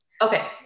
Okay